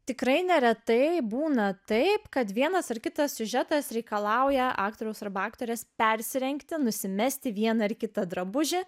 tikrai neretai būna taip kad vienas ar kitas siužetas reikalauja aktoriaus arba aktorės persirengti nusimesti vieną ar kitą drabužį